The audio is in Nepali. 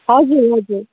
हजुर हजुर